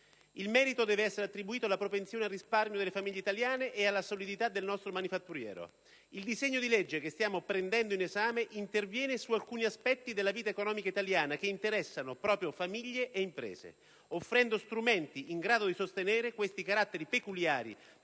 Il merito deve essere attribuito alla propensione al risparmio delle famiglie italiane e alla solidità del nostro settore manifatturiero. Il disegno di legge che stiamo prendendo in esame interviene su alcuni aspetti della vita economica italiana che interessano proprio famiglie e imprese, offrendo strumenti in grado di sostenere questi caratteri peculiari